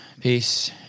Peace